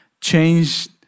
change